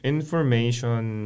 Information